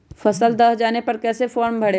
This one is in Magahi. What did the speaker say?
फसल दह जाने पर कैसे फॉर्म भरे?